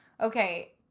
okay